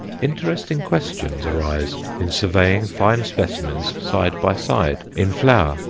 interesting questions arise in surveying fine specimens side by side, in flower,